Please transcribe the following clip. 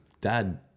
Dad